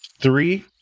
three